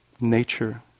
nature